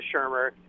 Shermer